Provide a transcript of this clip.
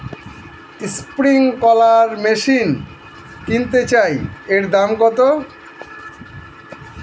Sprinkler machine কিনতে চাই এর দাম কত?